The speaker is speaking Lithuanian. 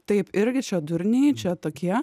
taip irgi čia durniai čia tokie